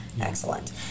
Excellent